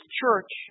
church